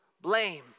blame